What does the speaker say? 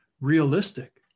realistic